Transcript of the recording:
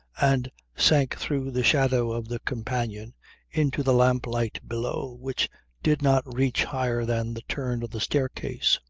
and sank through the shadow of the companion into the lamplight below which did not reach higher than the turn of the staircase.